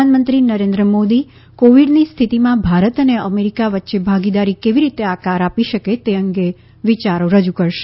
પ્રધાનમંત્રી નરેન્દ્ર મોદી કોવિડની સ્થિતિમાં ભારત અને અમેરિ કા વચ્યે ભાગીદારી કેવી રીતે આકાર આપી શકે છે તે અંગે વિચારો રજૂ કરશે